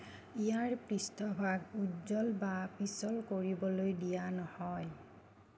ইয়াৰ পৃষ্ঠভাগ উজ্জ্বল বা পিছল কৰিবলৈ দিয়া নহয়